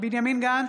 בנימין גנץ,